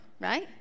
right